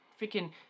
freaking